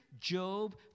Job